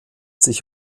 sich